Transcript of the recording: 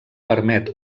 permet